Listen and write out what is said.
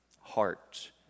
heart